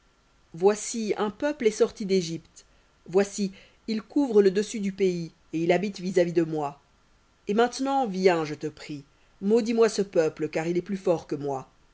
voici un peuple est sorti d'égypte voici il couvre le dessus du pays et il habite vis-à-vis de moi et maintenant viens je te prie maudis moi ce peuple car il est plus fort que moi